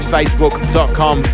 Facebook.com